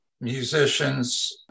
musicians